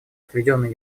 отведенное